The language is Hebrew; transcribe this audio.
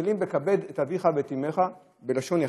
מתחילים ב"כבד את אביך ואת אמך" בלשון יחיד,